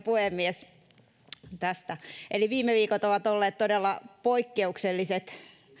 puhemies viime viikot ovat olleet todella poikkeukselliset